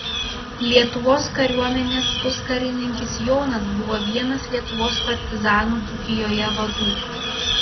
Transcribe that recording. lietuvos kariuomenės puskarininkis jonas buvo vienas lietuvos partizanų dzūkijoje vadų